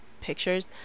pictures